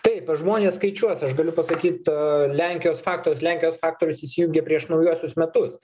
taip žmonės skaičiuos aš galiu pasakyt lenkijos faktorius lenkijos faktorius įsijungė prieš naujuosius metus